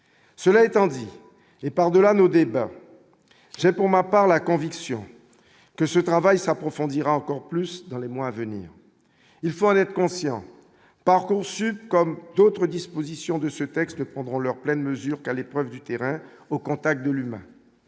cela étant dit, et par delà nos débats j'ai pour ma part la conviction que ce travail s'approfondira encore plus dans les mois, venir, il faut être conscient par conçue comme d'autres dispositions de ce texte prendront leur pleine mesure car l'épreuve du terrain au contact de l'humain,